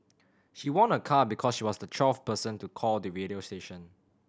she won a car because she was the twelfth person to call the radio station